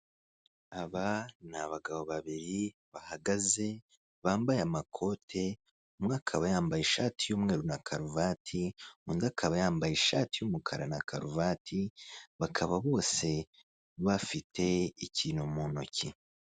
Aba ni abagabo babiri bahagaze, bambaye amakote, umwe akaba yambaye ishati y'umweru na karuvati, undi akaba yambaye ishati y'umukara na karuvati, bakaba bose bafite ikintu mu ntoki.